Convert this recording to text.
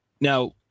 now